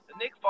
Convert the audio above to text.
Nick